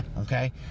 okay